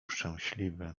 szczęśliwy